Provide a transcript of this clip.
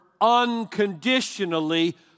unconditionally